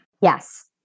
Yes